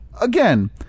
again